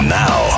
now